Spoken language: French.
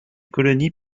colonies